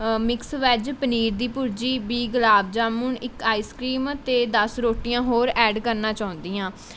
mix veg paneer ਦੀ ਭੁਰਜੀ ਵੀਹ ਗੁਲਾਬ ਜਾਮੁਨ ਇੱਕ ਆਈਸ ਕ੍ਰੀਮ ਅਤੇ ਦਸ ਰੋਟੀਆਂ ਹੋਰ ਐਡ ਕਰਨਾ ਚਾਹੁੰਦੀ ਹਾਂ